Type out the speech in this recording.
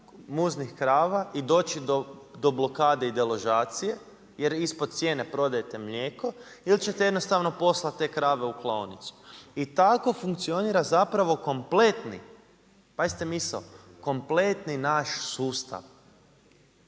muznih krava i doći do blokade i deložacije jer ispod cijene prodajete mlijeko ili ćete jednostavno poslati te krave u klaonicu. I tako funkcionira zapravo kompletni, pazite misao, kompletni naš sustav.